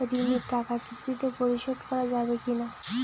ঋণের টাকা কিস্তিতে পরিশোধ করা যাবে কি না?